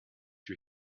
you